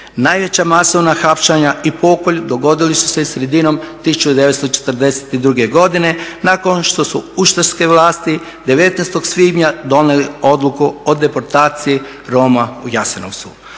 Najveća masovna hapšenja i pokolj dogodili su se sredinom 1942. godine nakon što su ustaške vlasti 19. svibnja donijeli odluku o deportaciji Roma u Jasenovcu.